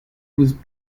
was